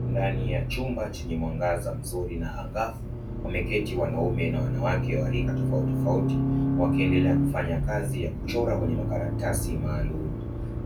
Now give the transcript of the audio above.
Ndani ya chumba chenye mwangaza mzuri na angavu wameketi wanaume na wanawake wa rika tofautitofauti wakiendelea kufanya kazi ya kuchora kwenye makaratasi maalumu.